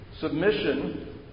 submission